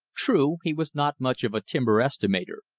true, he was not much of a timber estimator,